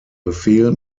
befehl